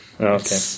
Okay